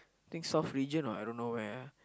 think South region or I don't know where